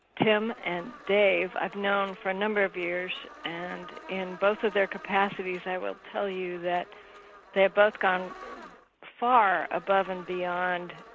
tim and dave, i've known for a number of years and in both of their capacities, i will tell you that they've both gone far above and beyond,